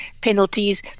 penalties